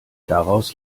daraus